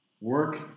work